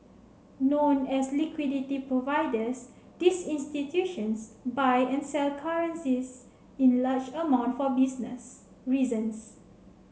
known as liquidity providers these institutions buy and sell currencies in large amount for business reasons